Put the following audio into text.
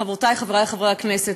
חברותי וחברי חברי הכנסת,